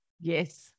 Yes